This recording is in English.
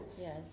Yes